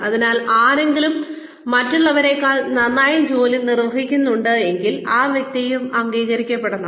അതിനാൽ ആരെങ്കിലും മറ്റുള്ളവരേക്കാൾ നന്നായി ജോലി നിർവഹിക്കുന്നുണ്ടെങ്കിൽ ആ വ്യക്തിയും അംഗീകരിക്കപ്പെടണം